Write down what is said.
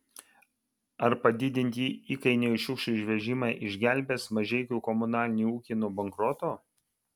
ar padidinti įkainiai už šiukšlių išvežimą išgelbės mažeikių komunalinį ūkį nuo bankroto